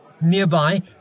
Nearby